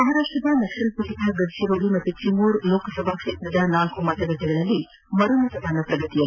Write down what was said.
ಮಹಾರಾಷ್ಲದ ನಕ್ಸಲ್ ಪೀಡಿತ ಗಡ್ಚಿರೋಲಿ ಮತ್ತು ಚಿಮೂರ್ ಲೋಕಸಭಾ ಕ್ಷೇತ್ರದ ನಾಲ್ಲು ಮತಗಟ್ಟೆಗಳಲ್ಲಿ ಮರು ಮತದಾನ ಪ್ರಗತಿಯಲ್ಲಿ